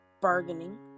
bargaining